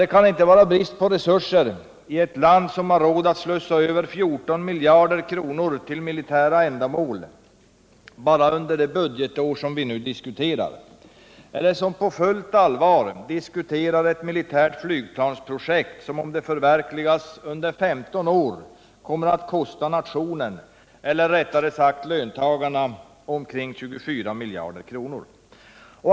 Det kan inte vara brist på resurser i ett land som har råd att slussa ut över 14 miljarder kronor till militära ändamål bara under det budgetår som vi nu diskuterar, eller i ett land där man på fullt allvar diskuterar ett nytt militärt flygplansprojekt, som — om det förverkligas — under 15 år kommer att kosta nationen, eller rättare sagt löntagarna, omkring 24 miljarder kronor.